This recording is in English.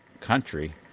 country